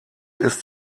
ist